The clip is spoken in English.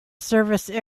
service